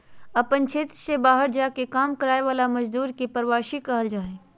अपन क्षेत्र से बहार जा के काम कराय वाला मजदुर के प्रवासी कहल जा हइ